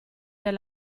del